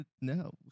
No